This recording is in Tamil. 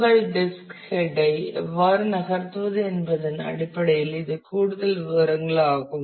உங்கள் டிஸ்க் ஹெட் ஐ எவ்வாறு நகர்த்துவது என்பதன் அடிப்படையில் இது கூடுதல் விவரங்கள் ஆகும்